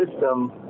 system